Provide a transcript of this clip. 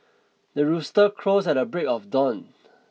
the rooster crows at the break of dawn